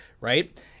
right